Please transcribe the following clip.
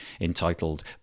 entitled